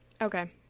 Okay